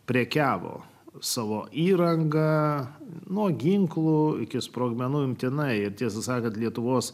prekiavo savo įrangą nuo ginklo iki sprogmenų imtinai ir tiesą sakant lietuvos